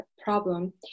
problem